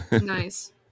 Nice